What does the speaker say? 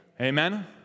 Amen